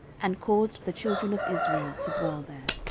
and caused the children of israel to dwell there.